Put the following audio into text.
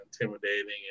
intimidating